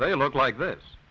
they look like this